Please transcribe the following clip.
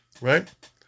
right